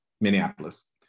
Minneapolis